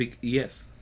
Yes